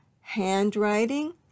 handwriting